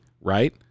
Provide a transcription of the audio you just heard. right